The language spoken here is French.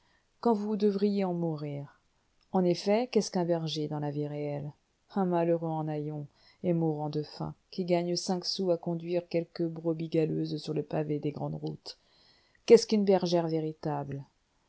quand vous devriez en mourir en effet qu'est-ce qu'un berger dans la vie réelle un malheureux en haillons et mourant de faim qui gagne cinq sous à conduire quelques brebis galeuses sur le pavé des grandes routes qu'est-ce qu'une bergère véritable